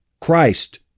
Christ